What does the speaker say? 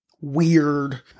weird